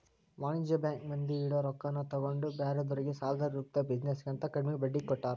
ವಾಣಿಜ್ಯ ಬ್ಯಾಂಕ್ ಮಂದಿ ಇಡೊ ರೊಕ್ಕಾನ ತಗೊಂಡ್ ಬ್ಯಾರೆದೊರ್ಗೆ ಸಾಲದ ರೂಪ್ದಾಗ ಬಿಜಿನೆಸ್ ಗೆ ಅಂತ ಕಡ್ಮಿ ಬಡ್ಡಿಗೆ ಕೊಡ್ತಾರ